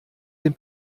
den